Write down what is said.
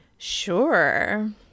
sure